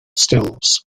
stills